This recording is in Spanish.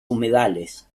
humedales